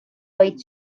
vaid